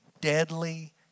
deadly